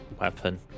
weapon